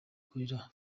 gorilla